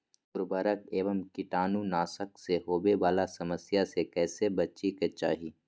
उर्वरक एवं कीटाणु नाशक से होवे वाला समस्या से कैसै बची के चाहि?